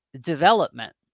development